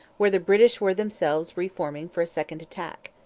where the british were themselves re-forming for a second attack.